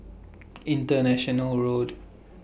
International Road